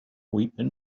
weeping